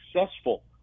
successful